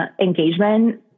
engagement